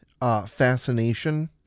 Fascination